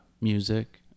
music